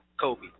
Kobe